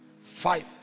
Five